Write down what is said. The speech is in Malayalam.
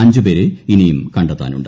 അഞ്ച് പ്രേരെ ഇനിയും കണ്ടെത്താനുണ്ട്